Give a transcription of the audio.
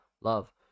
love